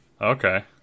Okay